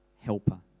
helper